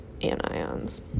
anions